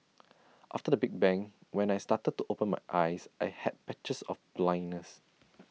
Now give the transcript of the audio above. after the big bang when I started to open my eyes I had patches of blindness